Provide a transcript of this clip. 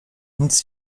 nic